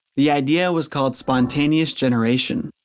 the idea was called spontaneous generation.